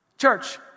Church